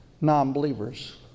non-believers